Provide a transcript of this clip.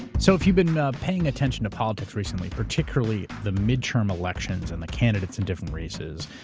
so if you've been ah paying attention to politics recently, particularly the midterm elections and the candidates in different races,